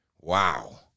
Wow